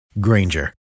Granger